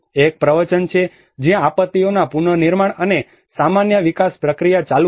એક પ્રવચન છે જ્યાં આપત્તિઓ પુનર્નિર્માણ અને સામાન્ય વિકાસ પ્રક્રિયા ચાલુ છે